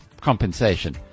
compensation